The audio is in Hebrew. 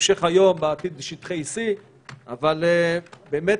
בהמשך היום בעתיד שטחי C. אבל באמת